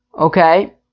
Okay